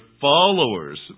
followers